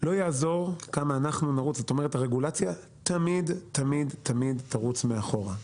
לכך שהרגולציה תמיד תמיד תישאר מאחור.